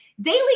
Daily